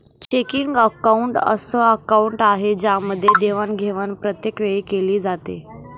checking account अस account आहे ज्यामध्ये देवाणघेवाण प्रत्येक वेळी केली जाते